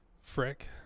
Frick